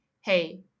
hey